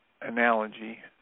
analogy